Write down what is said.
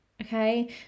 okay